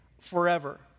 forever